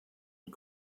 mit